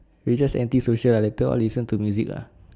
we just anti social ah later all listen to music ah